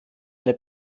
eine